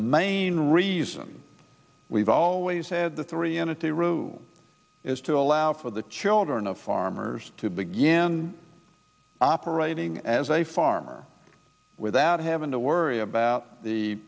main reason we've always said the three entity rule is to allow for the children of farmers to begin operating as a farmer without having to worry about the